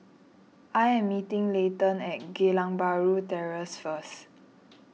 I am meeting Leighton at Geylang Bahru Terrace first